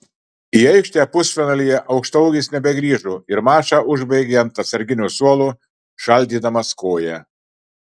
į aikštę pusfinalyje aukštaūgis nebegrįžo ir mačą užbaigė ant atsarginių suolo šaldydamas koją